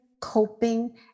coping